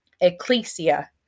Ecclesia